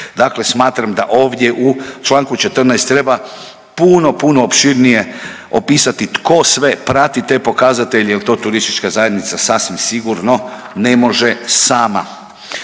Dakle smatram da ovdje u čl. 14 treba puno, puno opširnije opisati tko sve prati te pokazatelje, je li to turistička zajednica sasvim sigurno ne može sama.